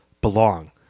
Belong